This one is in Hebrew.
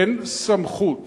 אין סמכות